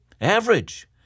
average